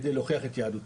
כדי להוכיח את יהדותם.